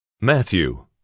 Matthew